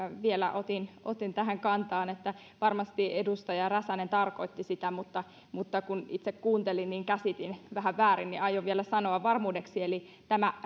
vielä otan tähän kantaa varmasti edustaja räsänen tarkoitti sitä mutta mutta kun itse kuuntelin niin käsitin ehkä vähän väärin ja aion vielä sanoa varmuudeksi että tämä